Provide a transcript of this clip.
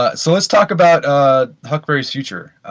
ah so let's talk about ah huckberry's future.